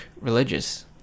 religious